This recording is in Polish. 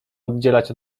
oddzielać